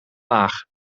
laag